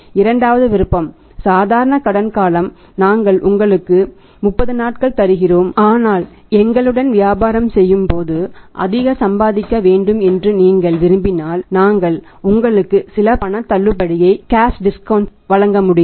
இரண்டாவது விருப்பம் normal credit period வழங்க முடியும்